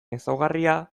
ezaugarria